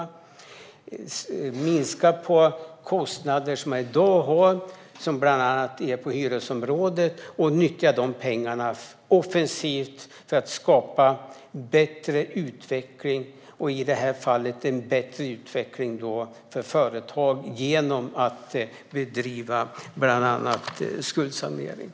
De kan minska på kostnader som de i dag har, bland annat på hyresområdet, och nyttja de pengarna offensivt för att skapa bättre utveckling. I det här fallet handlar det om bättre utveckling för företag genom att bedriva bland annat skuldsanering.